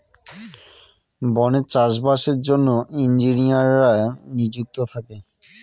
বনে চাষ বাসের জন্য ইঞ্জিনিয়াররা নিযুক্ত থাকে